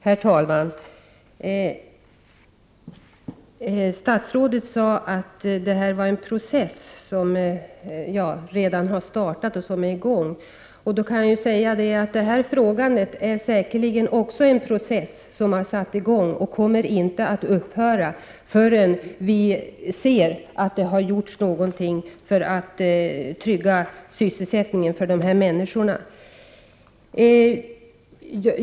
Herr talman! Statsrådet sade att det här är en process som just startat. Då kan jag säga att den här frågan säkerligen kommer att leda till en process, som inte kommer att upphöra förrän vi ser att det har gjorts någonting för att trygga sysselsättningen för de berörda människorna.